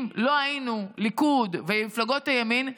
אם לא היינו ליכוד ומפלגות הימין,